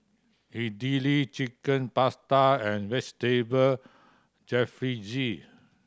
Idili Chicken Pasta and Vegetable Jalfrezi